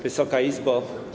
Wysoka Izbo!